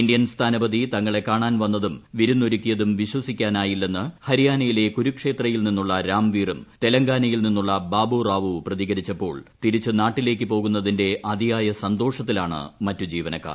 Indian സ്ഥാനപതി തങ്ങളെ കാണാൻ വന്നതും വിരുന്നൊരുക്കിയതും വിശ്വസിക്കാനായില്ലെന്ന് ഹരിയാനയിലെ കുരുക്ഷേത്രയിൽ നിന്നുള്ള രാംവീറും തെലങ്കാനയിൽ നിന്നുള്ള ബാബു റാവു പ്രതികരിച്ചപ്പോൾ തിരിച്ചു നാട്ടിലേക്കു പോകുന്നതിന്റെ അതിയായ സന്തോഷത്തിലാണ് മറ്റു ജീവനക്കാർ